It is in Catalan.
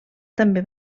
també